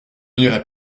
n’irai